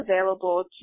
available